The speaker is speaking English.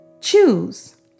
choose